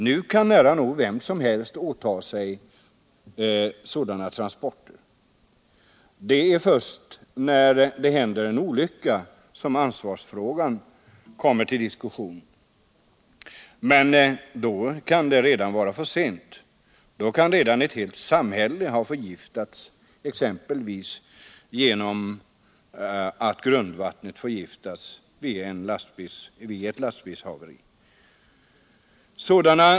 Nu kan, som sagt, nära nog vem som helst åta sig sådana transporter. Det är först när det händer en olycka som ansvarsfrågan kommer upp till diskussion. Men då kan det redan vara för sent — då kan redan ett helt samhälle ha förgiftats, om exempelvis grundvattnet blivit förgiftat vid ett lasbilshaveri.